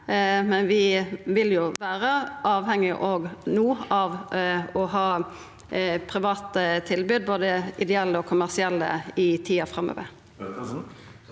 men vi vil vera avhengige av å ha private tilbod, både ideelle og kommersielle, i tida framover.